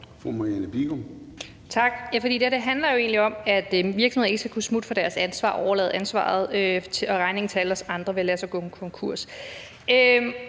det her handler jo egentlig om, at virksomheder ikke skal kunne smutte fra deres ansvar og overlade ansvaret og regningen til alle os andre ved at lade sig at gå konkurs.